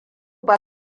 ba